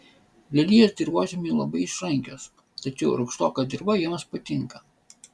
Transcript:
lelijos dirvožemiui labai išrankios tačiau rūgštoka dirva joms patinka